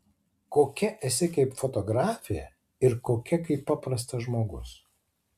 kokia esi kaip fotografė ir kokia kaip paprastas žmogus